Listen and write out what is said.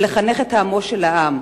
לחנך את העם ולהכתיב את טעמו,